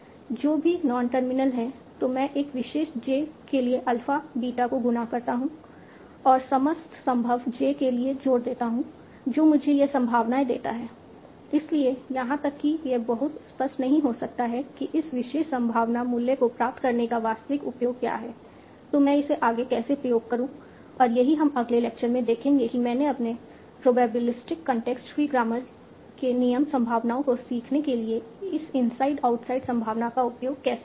जो भी non terminal हैं तो मैं एक विशेष j के लिए अल्फा बीटा को गुणा करता हूं और समस्त संभव j के लिए जोड़ देता हूं जो मुझे यह संभावनाएं देता है इसलिए यहां तक कि यह बहुत स्पष्ट नहीं हो सकता है कि इस विशेष संभावना मूल्य को प्राप्त करने का वास्तविक उपयोग क्या है मैं इसे आगे कैसे प्रयोग करूं और यही हम अगले लेक्चर में देखेंगे कि मैं अपने प्रोबेबिलिस्टिक कॉन्टेक्स्ट फ्री ग्रामर के नियम संभावनाओं को सीखने के लिए इस इनसाइड आउटसाइड संभावना का उपयोग कैसे करूं